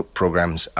programs